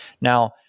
Now